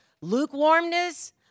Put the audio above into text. lukewarmness